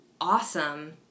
awesome